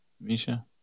Misha